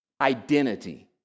identity